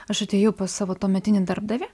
aš atėjau pas savo tuometinį darbdavį